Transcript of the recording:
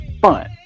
fun